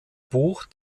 buch